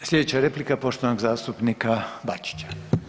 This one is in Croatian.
Slijedeća replika poštovanog zastupnika Bačića.